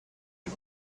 and